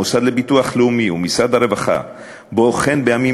המוסד לביטוח לאומי ומשרד הרווחה בוחן בימים